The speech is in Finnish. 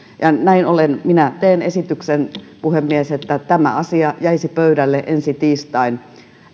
näin ollen minä teen esityksen puhemies että tämä asia jäisi pöydälle ensi tiistain